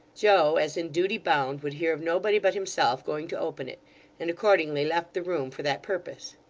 joe, as in duty bound, would hear of nobody but himself going to open it and accordingly left the room for that purpose.